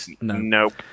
Nope